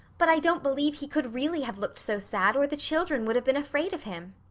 but i don't believe he could really have looked so sad or the children would have been afraid of him.